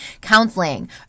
counseling